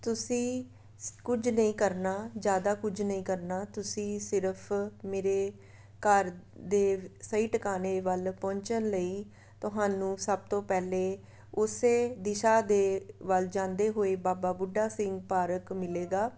ਤੁਸੀਂ ਕੁਝ ਨਹੀਂ ਕਰਨਾ ਜ਼ਿਆਦਾ ਕੁਝ ਨਹੀਂ ਕਰਨਾ ਤੁਸੀਂ ਸਿਰਫ਼ ਮੇਰੇ ਘਰ ਦੇ ਸਹੀ ਟਿਕਾਣੇ ਵੱਲ ਪਹੁੰਚਣ ਲਈ ਤੁਹਾਨੂੰ ਸਭ ਤੋਂ ਪਹਿਲੇ ਉਸੇ ਦਿਸ਼ਾ ਦੇ ਵੱਲ ਜਾਂਦੇ ਹੋਏ ਬਾਬਾ ਬੁੱਢਾ ਸਿੰਘ ਪਾਰਕ ਮਿਲੇਗਾ